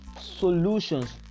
solutions